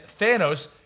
Thanos